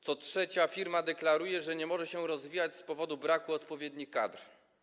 Co trzecia firma deklaruje, że nie może się rozwijać z powodu braku odpowiednich kadr.